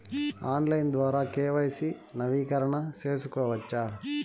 Online ద్వారా KYC నవీకరణ సేసుకోవచ్చా?